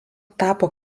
tapo